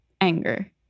anger